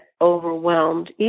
overwhelmed